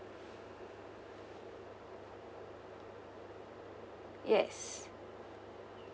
yes